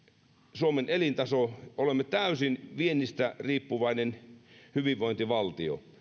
suomen elintaso olemme täysin viennistä riippuvainen hyvinvointivaltio